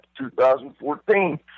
2014